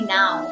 now